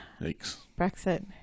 Brexit